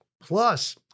Plus